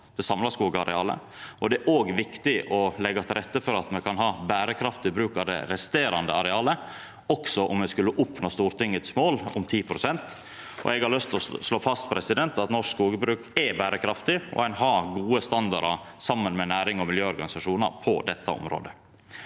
det er òg viktig å leggja til rette for at me kan ha berekraftig bruk av det resterande arealet – også om me skulle oppnå Stortingets mål om 10 pst. vern. Eg har lyst til å slå fast at norsk skogbruk er berekraftig, og ein har gode standardar saman med næring og miljøorganisasjonar på dette området.